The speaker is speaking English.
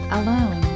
alone